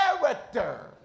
character